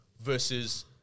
Versus-